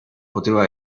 poteva